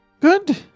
Good